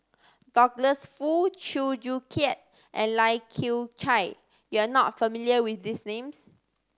Douglas Foo Chew Joo Chiat and Lai Kew Chai you are not familiar with these names